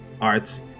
arts